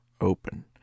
open